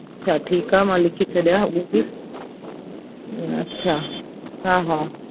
अच्छा ठीकु आहे मां लिखी छॾिया हुओ बि अच्छा हा हा